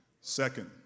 Second